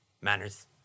manners